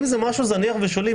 אם זה משהו זניח ושולי,